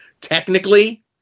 technically